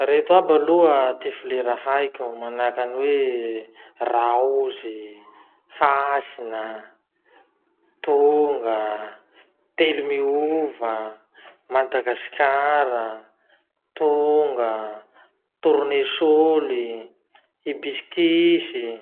Reto aby aloha ty flera haiko manahaky any hoe: raozy, hasina, tonga, telo miova, madagasikara, tonga, tournesol, ibiscis.